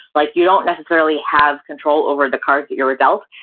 like you don't necessarily have control over the cards that you were dealt.